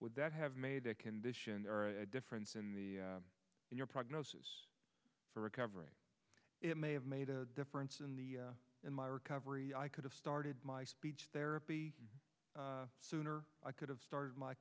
would that have made the condition there a difference in the your prognosis for recovery it may have made a difference in the in my recovery i could have started my speech therapy sooner i could have started my